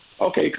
Okay